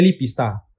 Pista